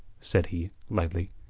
said he lightly.